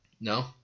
No